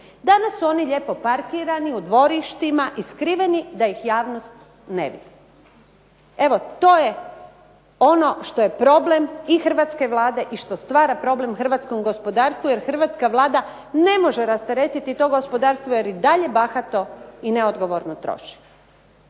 Danas su oni lijepo parkirani u dvorištima i skriveni da ih javnost ne vidi. Evo to je ono što je problem i hrvatske Vlade i što stvara problem hrvatskom gospodarstvu, jer hrvatska Vlada ne može rasteretiti to gospodarstvo jer i dalje bahato i neodgovorno troše.